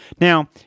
Now